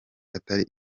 atari